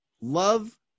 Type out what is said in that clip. love